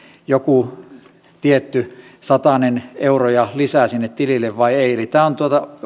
joku tietty satanen euroja lisää sinne tilille vai ei eli tämä neuvonnan rahojen lisääminen on